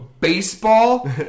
baseball